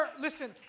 Listen